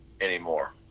anymore